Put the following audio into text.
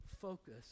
focus